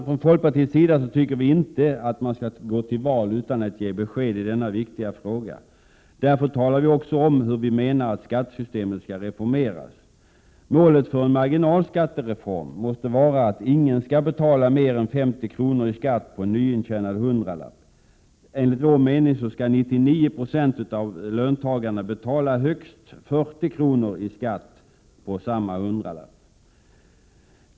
Från folkpartiets sida tycker vi inte att man skall gå till val utan att ge besked i denna viktiga fråga. Därför talar vi också om hur vi menar att skattesystemet skall reformeras. Målet för en marginalskattereform måste vara att ingen skall betala mer än 50 kr. i skatt på en intjänad hundralapp. 99 96 av löntagarna skall betala högst 40 kr. i skatt på samma hundralapp.